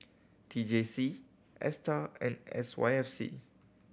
T J C Astar and S Y F C